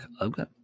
Okay